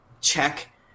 check